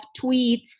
tweets